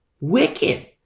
Wicked